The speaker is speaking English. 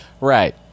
Right